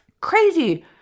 crazy